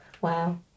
Wow